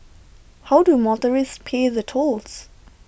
how do motorists pay the tolls